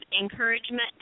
encouragement